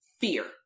fear